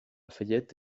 fayette